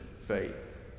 faith